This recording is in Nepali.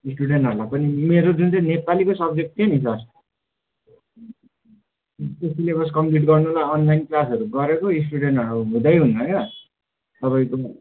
स्टुडेन्टहरूलाई पनि मेरो जुन चाहिँ नेपालीको सबजेक्ट थियो नि सर त्यसको सिलेबस कम्प्लिट गर्नुलाई अनलाइन क्लासहरू गरेको स्टुडेन्टहरू हुँदै हुन्न क्या तपाईँको